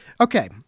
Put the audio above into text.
Okay